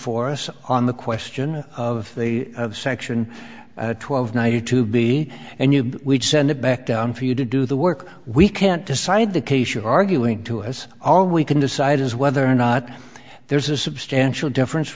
before us on the question of the section twelve ninety two b and you would send it back down for you to do the work we can't decide the case you're arguing to has all we can decide is whether or not there's a substantial difference